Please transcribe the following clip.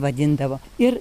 vadindavo ir